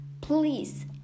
please